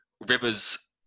rivers